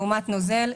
לגבי מוצק לעומת נוזל.